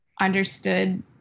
understood